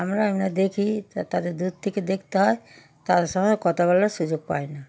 আমরা আমরা দেখি তাদের দূর থেকে দেখতে হয় তাদের সঙ্গে কথা বলার সুযোগ পাই না